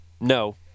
no